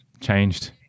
changed